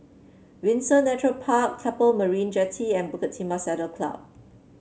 Windsor Nature Park Keppel Marina Jetty and Bukit Timah Saddle Club